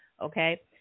Okay